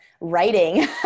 writing